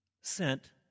sent